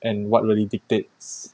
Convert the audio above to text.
and what really dictates